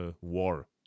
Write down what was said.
war